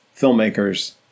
Filmmakers